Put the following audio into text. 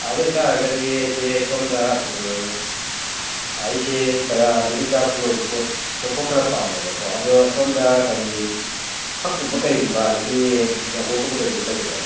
ꯑꯗꯣꯏ ꯇꯥꯔꯒꯗꯤ ꯑꯩꯁꯦ ꯁꯣꯝꯗ ꯑꯩꯁꯦ ꯀꯌꯥ ꯍꯦꯟꯗꯤꯀ꯭ꯔꯥꯐꯀꯤ ꯑꯣꯏꯕ ꯄꯣꯠ ꯄꯣꯠꯊꯣꯛ ꯈꯔ ꯄꯥꯝꯃꯦꯕꯀꯣ ꯑꯗꯣ ꯁꯣꯝꯗ ꯀꯔꯤ ꯐꯛꯀꯨꯝꯕ ꯀꯩꯒꯨꯝꯕ ꯑꯗꯒꯤ ꯌꯥꯡꯀꯣꯛꯀꯨꯝꯕ ꯀꯩꯒꯨꯝꯕ ꯂꯩꯒꯗ꯭ꯔꯥ